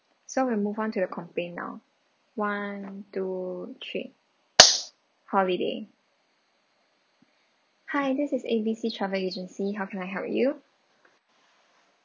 so we move on to the complain now one two three holiday hi this is A B C travel agency how can I help you